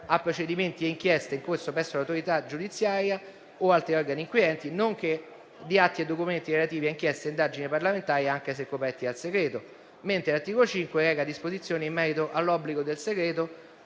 a procedimenti e inchieste in corso presso l'autorità giudiziaria o altri organi inquirenti, nonché di copie di atti e documenti relativi a indagini e inchieste parlamentari, anche se coperti dal segreto. L'articolo 5 reca disposizioni in merito all'obbligo del segreto